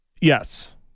Yes